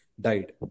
died